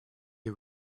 had